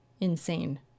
insane